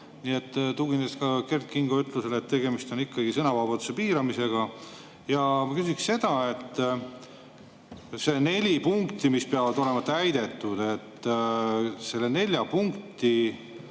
Nii et tuginedes ka Kert Kingo ütlusele, et tegemist on ikkagi sõnavabaduse piiramisega, ma küsiksin seda. On neli punkti, mis peavad olema täidetud. Nende nelja punkti